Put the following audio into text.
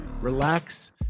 relax